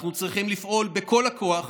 אנחנו צריכים לפעול בכל הכוח